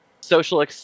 social